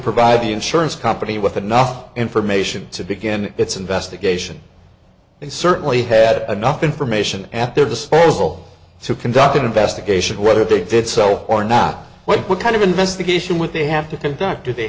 provide the insurance company with enough information to begin its investigation they certainly had enough information at their disposal to conduct an investigation whether they did sell or not what kind of investigation what they have to